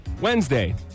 Wednesday